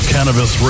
Cannabis